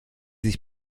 sich